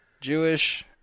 Jewish